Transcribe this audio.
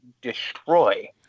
destroy